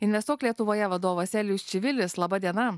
investuok lietuvoje vadovas elijus čivilis laba diena